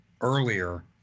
earlier